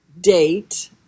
date